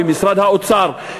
במשרד האוצר,